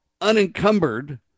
unencumbered